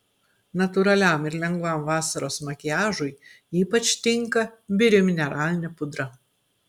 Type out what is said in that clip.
natūraliam ir lengvam vasaros makiažui ypač tinka biri mineralinė pudra